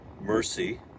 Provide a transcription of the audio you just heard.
mercy